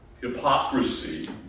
hypocrisy